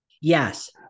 Yes